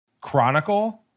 Chronicle